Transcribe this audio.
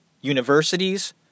universities